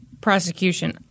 Prosecution